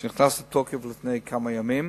ביטול שנכנס לתוקף לפני כמה ימים.